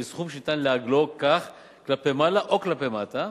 וסכום שניתן לעגלו כך כלפי מעלה או כלפי מטה